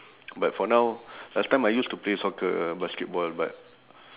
but for now last time I used to play soccer basketball but